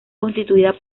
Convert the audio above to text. constituida